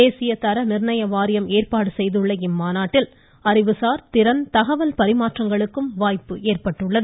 தேசிய தர நிர்ணய வாரியம் ஏற்பாடு செய்துள்ள இந்த மாநாட்டில் அறிவுசார் திறன் தகவல் பரிமாற்றங்களுக்கு வாய்ப்பு ஏற்பட்டுள்ளது